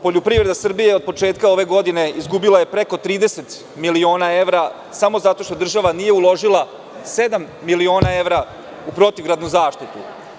Poljoprivreda Srbije je od početka ove godine izgubila preko 30 miliona evra, samo zato što država nije uložila sedam miliona evra u protivgradnu zaštitu.